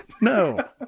No